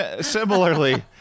similarly